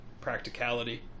practicality